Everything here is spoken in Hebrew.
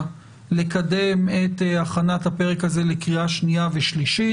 לקדם את הכנת הפרק הזה לקריאה השנייה והשלישית,